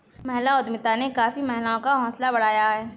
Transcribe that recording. महिला उद्यमिता ने काफी महिलाओं का हौसला बढ़ाया है